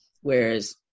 whereas